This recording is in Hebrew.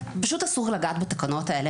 פשוט אסור לגעת בתקנות האלה.